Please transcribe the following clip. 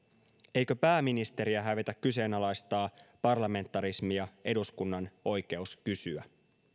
eikö pääministeriä hävetä kyseenalaistaa parlamentarismi ja eduskunnan oikeus kysyä